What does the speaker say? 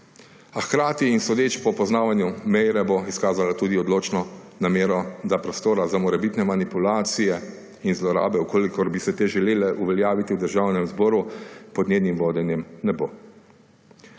A hkrati in sodeč po poznavanju Meire bo izkazala tudi odločno namero, da prostora za morebitne manipulacije in zlorabe, če bi se te želele uveljaviti v Državnem zboru, pod njenim vodenjem ne bo.